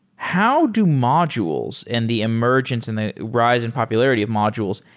how do modules and the emergence and the rise in popularity of modules,